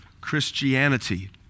Christianity